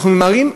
אנחנו ממהרים,